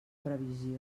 previsió